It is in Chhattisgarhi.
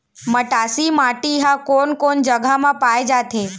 मटासी माटी हा कोन कोन जगह मा पाये जाथे?